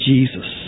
Jesus